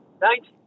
Thanks